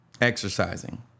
exercising